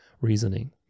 reasoning